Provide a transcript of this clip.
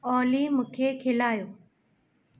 ऑली मूंखे खिलायो